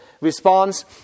response